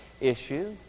issue